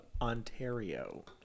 Ontario